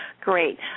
Great